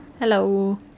Hello